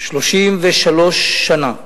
33 שנה,